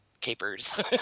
capers